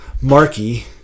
Marky